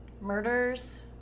murders